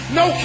no